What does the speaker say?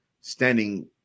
standing